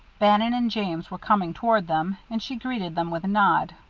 bannon and james were coming toward them, and she greeted them with a nod.